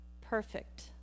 perfect